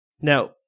now